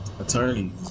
attorneys